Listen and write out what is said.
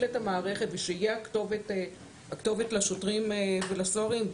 את המערכת ושיהיה הכתובת לשוטרים ולסוהרים,